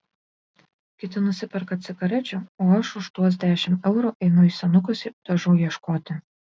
kiti nusiperka cigarečių o aš už tuos dešimt eurų einu į senukus dažų ieškoti